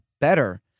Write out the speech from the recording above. better